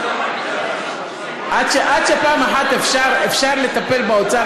עד שפעם אחת אפשר לטפל באוצר,